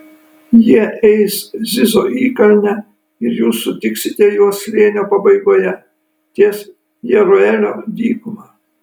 jie eis zizo įkalne ir jūs sutiksite juos slėnio pabaigoje ties jeruelio dykuma